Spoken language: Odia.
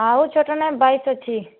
ଆଉ ଛୋଟ ନାହିଁ ବାଇଶ ଅଛି